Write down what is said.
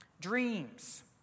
Dreams